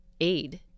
aid